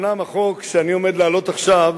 אומנם החוק שאני עומד להעלות עכשיו,